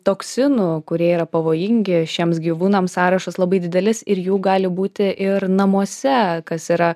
toksinų kurie yra pavojingi šiems gyvūnams sąrašas labai didelis ir jų gali būti ir namuose kas yra